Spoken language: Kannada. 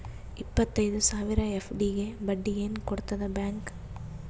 ಇಪ್ಪತ್ತೈದು ಸಾವಿರ ಎಫ್.ಡಿ ಗೆ ಬಡ್ಡಿ ಏನ ಕೊಡತದ ಬ್ಯಾಂಕ್?